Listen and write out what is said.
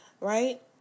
right